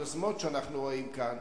היוזמות שאנחנו רואים כאן,